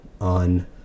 on